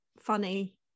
funny